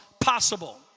possible